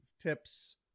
tips